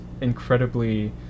incredibly